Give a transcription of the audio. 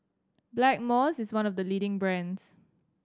Blackmores is one of the leading brands